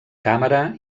càmera